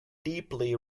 deeply